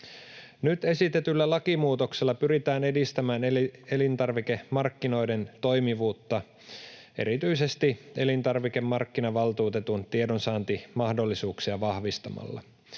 Nyt esitetyllä lakimuutoksella pyritään edistämään elintarvikemarkkinoiden toimivuutta erityisesti elintarvikemarkkinavaltuutetun tiedonsaantimahdollisuuksia vahvistamalla.